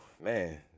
man